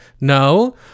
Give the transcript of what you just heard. No